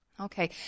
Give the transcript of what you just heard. Okay